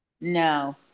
No